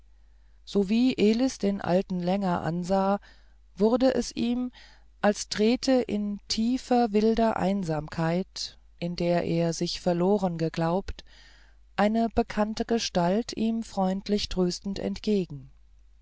sowie elis den alten länger ansah wurde es ihm als trete in tiefer wilder einsamkeit in die er sich verloren geglaubt eine bekannte gestalt ihm freundlich tröstend entgegen